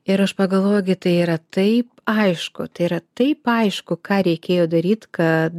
ir aš pagalvojau gi tai yra taip aišku tai yra taip aišku ką reikėjo daryt kad